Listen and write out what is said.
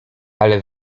ale